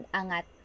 angat